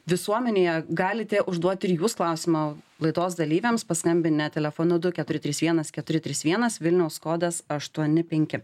visuomenėje galite užduoti ir jūs klausimą laidos dalyviams paskambinę telefonu du keturi trys vienas keturi trys vienas vilniaus kodas aštuoni penki